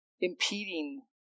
impeding